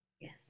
Yes